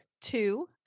two